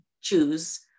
choose